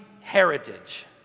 heritage